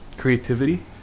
creativity